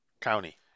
county